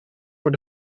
voor